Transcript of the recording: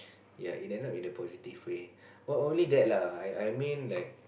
ya it end up in a positive way only that lah I I mean like